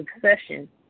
succession